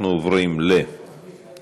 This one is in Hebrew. אנחנו עוברים להצבעה.